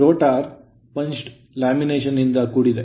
rotor punched lamination ನಿಂದ ಕೂಡಿದೆ